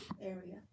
area